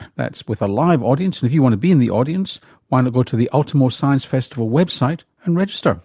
that's with a live audience, and if you want to be in the audience why not and go to the ultimo science festival website and register?